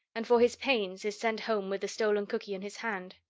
and for his pains is sent home with the stolen cookie in his hand.